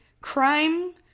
Crime